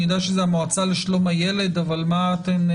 אני יודע שזאת המועצה לשלום הילד, אבל מה אתכם?